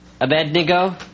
Abednego